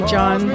John